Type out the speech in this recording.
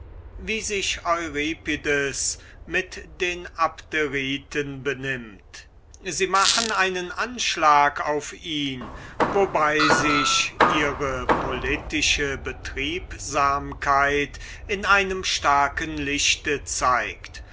wie sich euripides mit den abderiten benimmt sie machen einen anschlag auf ihn wobei sich ihre politische betriebsamkeit in einem starken lichte zeigt